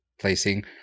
placing